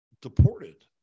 deported